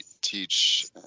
teach